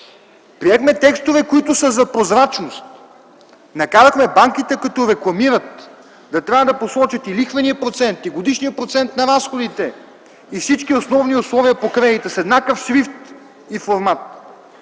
Приехме текстове, които са за прозрачност. Накарахме банките, като рекламират, да трябва да посочат и лихвения процент, и годишния процент на разходите и всички основни условия по кредита с еднакъв шрифт и формат.